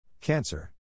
Cancer